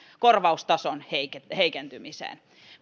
korvaustason heikentymiseen